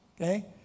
Okay